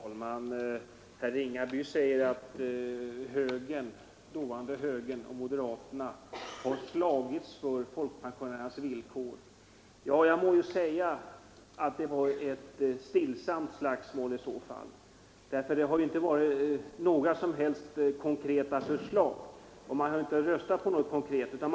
Herr talman! Herr Ringaby säger att den förutvarande högern och moderaterna har slagits för folkpensionärernas villkor. Jag får ju säga att det i så fall var ett stillsamt slagsmål. Det har ju inte ställts några som helst konkreta förslag från det hållet, och man har inte heller röstat för några sådana.